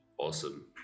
Awesome